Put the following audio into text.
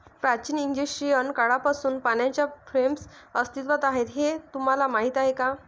प्राचीन इजिप्शियन काळापासून पाण्याच्या फ्रेम्स अस्तित्वात आहेत हे तुम्हाला माहीत आहे का?